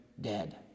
dead